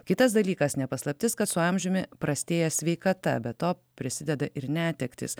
kitas dalykas ne paslaptis kad su amžiumi prastėja sveikata be to prisideda ir netektys